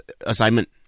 assignment